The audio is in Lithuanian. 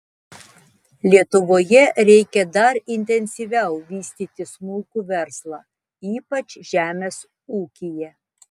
lietuvoje reikia dar intensyviau vystyti smulkų verslą ypač žemės ūkyje